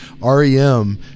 REM